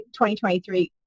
2023